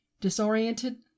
disoriented